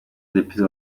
depite